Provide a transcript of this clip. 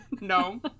no